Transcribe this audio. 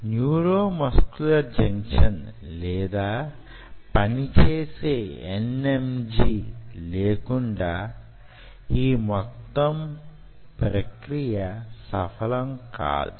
neuromuscular junction లేదా పని చేసే NMJ లేకుండా యీ మొత్తం ప్రక్రియ సఫలం కాదు